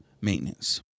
maintenance